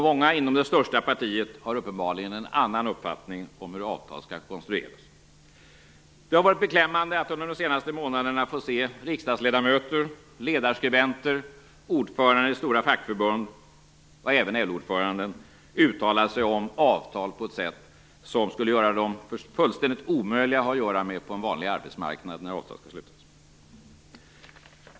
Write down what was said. Många inom det största partiet har uppenbarligen en annan uppfattning om hur avtal skall konstrueras. Det har varit beklämmande att under de senaste månaderna få se riksdagsledamöter, ledarskribenter, ordförande i stora fackförbund och även LO-ordföranden uttala sig om avtal på ett sätt som skulle göra dem fullständigt omöjliga att ha att göra med på en vanlig arbetsmarknad när avtal skall slutas.